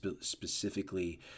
specifically